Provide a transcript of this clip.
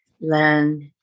land